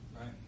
Right